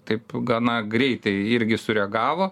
taip gana greitai irgi sureagavo